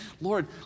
Lord